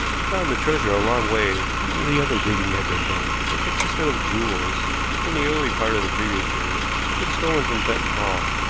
we found the treasure a long way from where the other digging had been done. it consisted of jewels which, in the early part of the previous year, had been stolen from fenton hall,